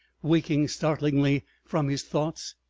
waking startlingly from his thoughts.